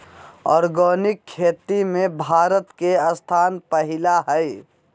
organic खेती में भारत के स्थान पहिला हइ